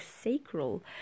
sacral